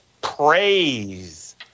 praise